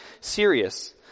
serious